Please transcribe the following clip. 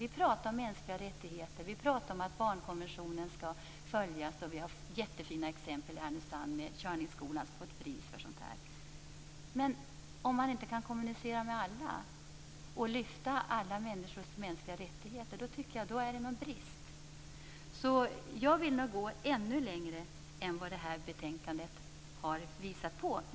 Vi pratar om mänskliga rättigheter och om att barnkonventionen skall följas, och i Härnösand har vi ett fint exempel i Kiörningskolan, som fått pris för sådant här. Men om man inte kan kommunicera med alla och lyfta fram allas mänskliga rättigheter är det en brist. Jag vill nog gå ännu längre än vad betänkandet visar på.